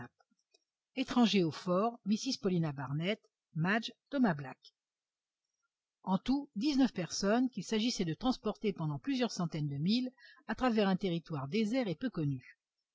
étrangers au fort mrs paulina barnett madge thomas black en tout dix-neuf personnes qu'il s'agissait de transporter pendant plusieurs centaines de milles à travers un territoire désert et peu connu